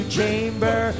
Chamber